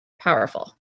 powerful